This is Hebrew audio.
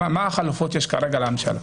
מה החלופות שיש כרגע לממשלה?